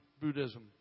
Buddhism